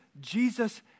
Jesus